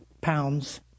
pounds